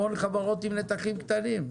המון חברות עם נתחים קטנים.